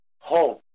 home